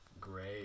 Great